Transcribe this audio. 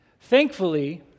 Thankfully